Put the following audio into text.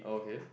okay